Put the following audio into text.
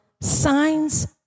signs